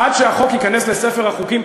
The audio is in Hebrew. עד שהחוק ייכנס לספר החוקים,